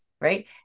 Right